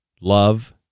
Love